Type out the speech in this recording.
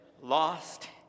Lost